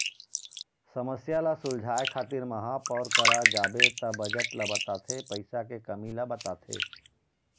समस्या ल सुलझाए खातिर महापौर करा जाबे त बजट ल बताथे पइसा के कमी ल बताथे